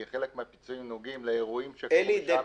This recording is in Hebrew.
כי חלק מהפיצויים נוגעים לאירועים שקרו --- מסוימת --- אלי דפס,